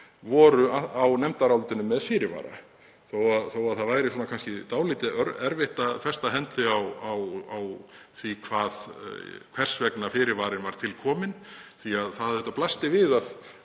voru á nefndarálitinu með fyrirvara þó að það væri kannski dálítið erfitt að festa hendi á því hvers vegna fyrirvarinn var til komin. Það blasti við að